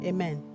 Amen